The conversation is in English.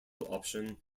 option